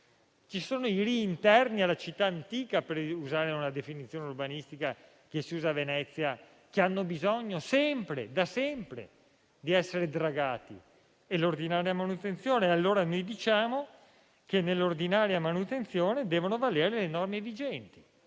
Ci sono i rii interni alla città antica - per usare una definizione urbanistica che si usa a Venezia - che hanno bisogno da sempre di essere dragati, è l'ordinaria manutenzione. Quello che proponiamo, allora, è che nell'ordinaria manutenzione valgano le norme vigenti